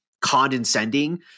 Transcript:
condescending